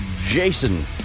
Jason